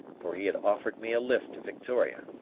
for he had offered me a lift to victoria.